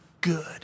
good